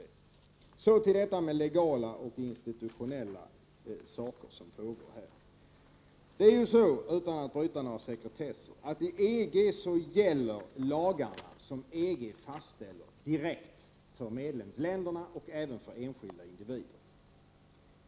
Sedan vill jag ta upp ett par saker rörande det institutionella och legala i det som pågår. Utan att bryta mot någon sekretess kan jag säga att i EG gäller de lagar som EG fastställer direkt för medlemsländerna och även för enskilda individer.